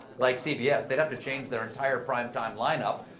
like cbs. they'd have to change their entire primetime lineup.